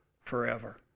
forever